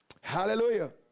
Hallelujah